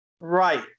Right